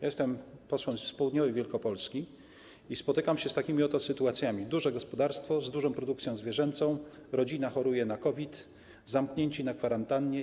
Jestem posłem z południowej Wielkopolski i spotykam się z takimi oto sytuacjami: duże gospodarstwo z dużą produkcją zwierzęcą, rodzina choruje na COVID, są zamknięci na kwarantannie.